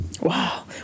Wow